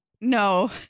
no